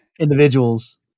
individuals